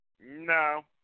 no